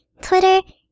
Twitter